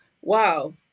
Wow